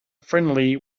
friendly